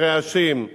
ברעשים.